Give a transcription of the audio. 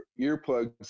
earplugs